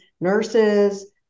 nurses